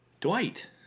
Dwight